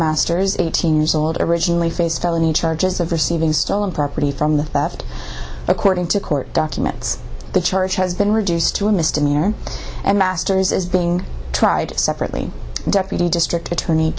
masters eighteen years old originally faces felony charges of receiving stolen property from the theft according to court documents the church has been reduced to a misdemeanor and masters is being tried separately deputy district attorney